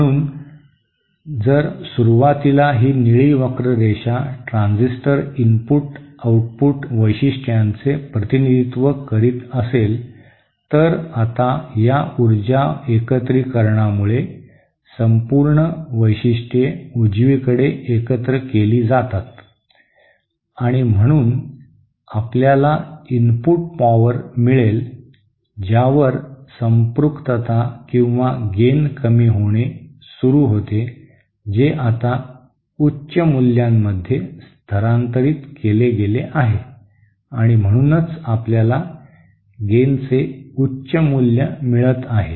म्हणून जर सुरुवातीला ही निळी वक्ररेषा ट्रान्झिस्टर इनपुट आउटपुट वैशिष्ट्यांचे प्रतिनिधित्व करीत असेल तर आता या ऊर्जा एकत्रीकरणामुळे संपूर्ण वैशिष्ट्ये उजवीकडे एकत्र केली जातात आणि म्हणून आपल्याला इनपुट पॉवर मिळेल ज्यावर संपृक्तता किंवा गेन कमी होणे सुरू होते जे आता उच्च मूल्यामध्ये स्थानांतरित केले गेले आहे आणि म्हणूनच आपल्याला गेनचे उच्च मूल्य मिळत आहे